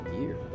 year